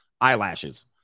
Eyelashes